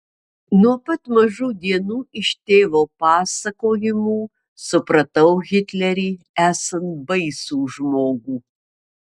nuo pat mažų dienų iš tėvo pasakojimų supratau hitlerį esant baisų žmogų